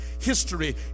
history